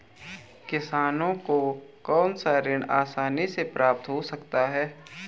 किसानों को कौनसा ऋण आसानी से प्राप्त हो सकता है?